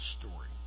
story